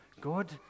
God